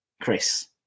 Chris